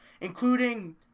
including